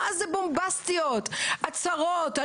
הצהרות ענקיות,